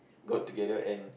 got together and